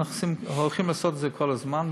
ואנחנו הולכים לעשות את זה כל הזמן.